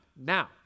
Now